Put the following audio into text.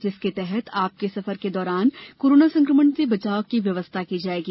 जिसके तहत आपके सफर के दौरान कोरोना संक्रमण से बचाव की व्यवस्था की जाएगी